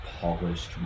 polished